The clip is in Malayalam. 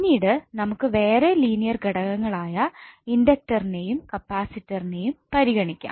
പിന്നീട് നമുക്കു വേറെ ലീനിയർ ഘടകങ്ങളായ ഇൻഡക്ടറിനെയും കപ്പാസിറിനെയും പരിഗണിക്കാം